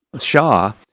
Shah